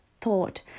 thought